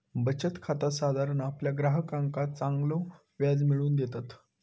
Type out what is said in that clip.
बचत खाता साधारण आपल्या ग्राहकांका चांगलो व्याज मिळवून देतत